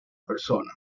persona